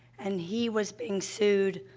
and he was being sued,